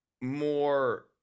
more